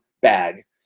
bag